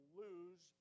lose